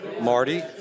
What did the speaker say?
Marty